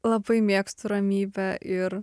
labai mėgstu ramybę ir